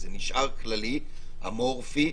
זה נשאר כללי, אמורפי,